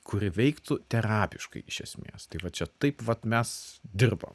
kuri veiktų terapiškai iš esmės tai va čia taip vat mes dirbam